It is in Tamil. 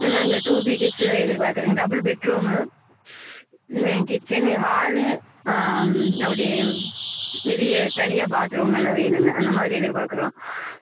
நாங்கள் டூ பிஹெச்சில் எதிர்பார்க்குறோங்க டபுள் பெட்ரூம் கிச்சன் ஹால் அப்படியே வெளியே தனியாக பாத்ரூம்மெல்லாம் வேணுங்க அந்த மாதிரி எதிர் பார்க்குறோம்